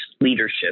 leadership